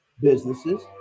businesses